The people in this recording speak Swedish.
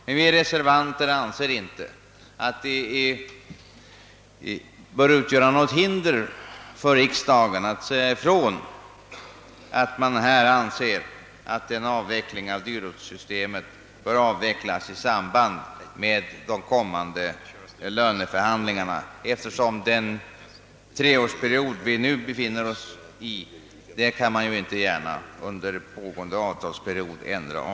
Men vi reservanter anser inte att detta bör utgöra något hinder för riksdagen att uttala att en avveckling av dyrortssystemet bör aktualiseras i samband med de kommande löneförhandlingarna, eftersom den träffade treårsuppgörelsen inte gärna kan ändras under pågående avtalsperiod.